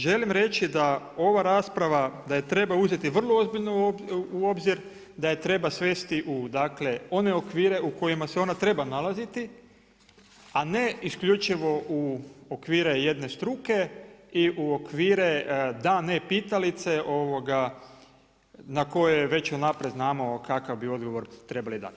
Dakle, želim reći da ova rasprava da ju treba uzeti vrlo ozbiljno u obzir da je treba svesti u one okvire u kojima se ona treba nalaziti, a ne isključivo u okvire jedne struke, i u okvire da, ne pitalice, na koje već unaprijed znamo kakav bi odgovor trebali dati.